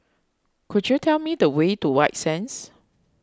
could you tell me the way to White Sands